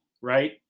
Right